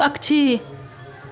पक्षी